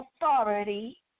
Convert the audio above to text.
authority